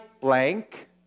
blank